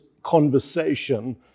Conversation